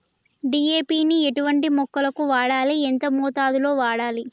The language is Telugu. డీ.ఏ.పి ని ఎటువంటి మొక్కలకు వాడాలి? ఎంత మోతాదులో వాడాలి?